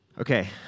Okay